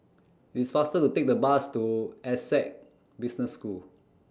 IT IS faster to Take The Bus to Essec Business School